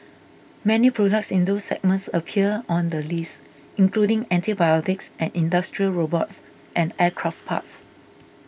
many products in those segments appear on the list including antibiotics and industrial robots and aircraft parts